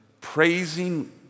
praising